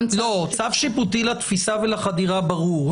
צו שיפוטי לתפיסה ולחדירה, ברור.